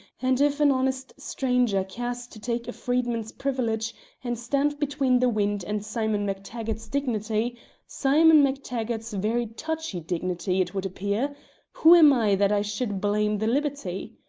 and if an honest stranger cares to take a freeman's privilege and stand between the wind and simon mactaggart's dignity simon mactaggart's very touchy dignity, it would appear who am i that i should blame the liberty?